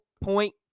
point